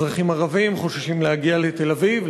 אזרחים ערבים חוששים להגיע לתל-אביב,